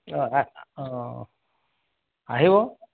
অঁ অঁ আহিব